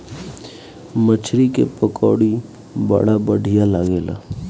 मछरी के पकौड़ी बड़ा बढ़िया लागेला